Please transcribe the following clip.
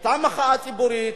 היתה מחאה ציבורית,